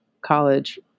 college